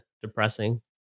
depressing